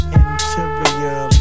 interior